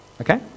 okay